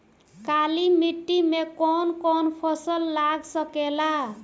काली मिट्टी मे कौन कौन फसल लाग सकेला?